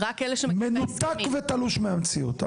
מנותק ותלוש מהמציאות.